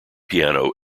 piano